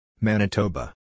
Manitoba